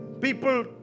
people